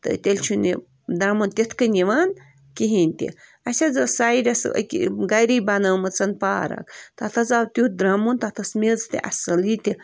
تہٕ تیٚلہِ چھُنہٕ یہِ درٛمُن تِتھٕ کٔنۍ یِوان کِہیٖنٛۍ تہِ اَسہِ حظ ٲسۍ سایڈس أکہِ گَری بَنٲمٕژ پارٕک تَتھ حظ آو تٮُ۪تھ درٛمُن تَتھ ٲسۍ میٚژ تہِ اَصٕل یہِ تہِ